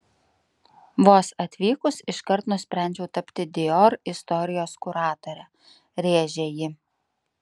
vos atvykusi iškart nusprendžiau tapti dior istorijos kuratore rėžė ji